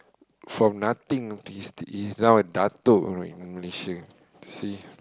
from nothing he's he's now a Datuk know in Malaysia see